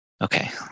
Okay